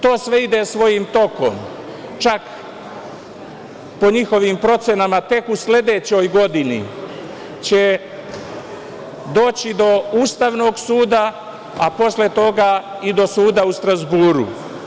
To sve ide svojim tokom, čak po njihovim procenama tek u sledećoj godini će doći do Ustavnog suda, a posle toga i do suda u Strazburu.